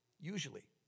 usually